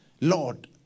Lord